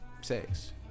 sex